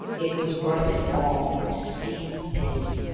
it was worth it all, to see this!